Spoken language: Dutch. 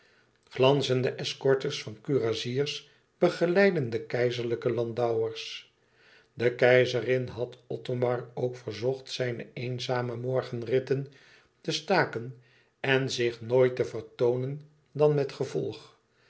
glanzende escortes van kurassiers begeleidden de keizerlijke landauers de keizerin had othomar ook verzocht zijne eenzame morgenritten te staken en zich nooit te vertoonen dan met gevolg